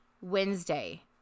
Wednesday